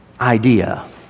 idea